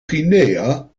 guinea